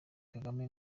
kagame